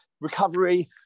recovery